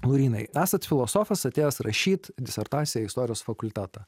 laurynai esat filosofas atėjęs rašyt disertaciją į istorijos fakultetą